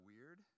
weird